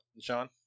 Sean